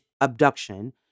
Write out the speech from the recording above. abduction